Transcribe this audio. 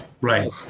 right